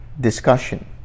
discussion